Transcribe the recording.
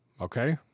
okay